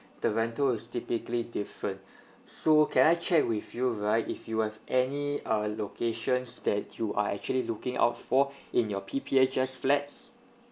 the rental is typically different so can I check with you right if you have any uh locations that you are actually looking out for in your P_P_H_S flats